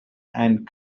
and